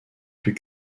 plus